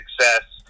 success